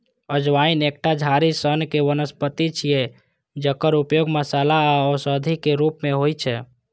अजवाइन एकटा झाड़ी सनक वनस्पति छियै, जकर उपयोग मसाला आ औषधिक रूप मे होइ छै